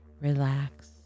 Relax